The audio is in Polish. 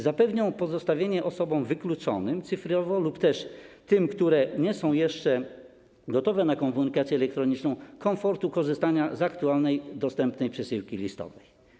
Zapewnią również pozostawienie osobom wykluczonym cyfrowo lub też tym, które nie są jeszcze gotowe na komunikację elektroniczną, możliwości korzystania z aktualnie dostępnej przesyłki listowej.